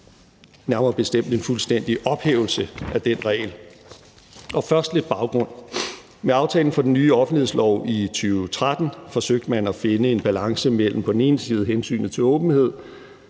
nærmere bestemt om en fuldstændig ophævelse af den regel. Først lidt baggrund: Med aftalen om den nye offentlighedslov i 2013 forsøgte man at finde en balance mellem på den ene side hensynet til åbenhed,